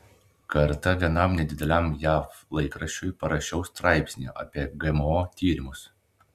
kartą vienam nedideliam jav laikraščiui parašiau straipsnį apie gmo tyrimus